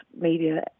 media